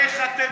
איך אתם